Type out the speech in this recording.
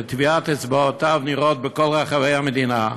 שטביעות אצבעותיו נראות בכל רחבי המדינה.